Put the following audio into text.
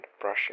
brushing